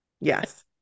yes